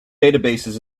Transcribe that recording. databases